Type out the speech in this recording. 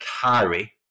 carry